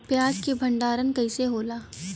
प्याज के भंडारन कइसे होला?